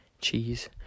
cheese